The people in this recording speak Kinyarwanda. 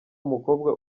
umukobwa